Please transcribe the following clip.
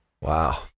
wow